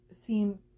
seem